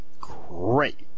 great